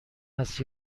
است